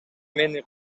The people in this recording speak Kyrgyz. мени